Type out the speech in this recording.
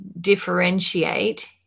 differentiate